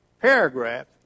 paragraph